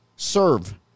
serve